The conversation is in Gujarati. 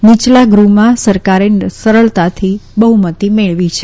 નીચલા ગૃહમાં સરકારે સરળતાથી બહ્મતિ મેળવી છે